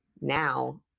now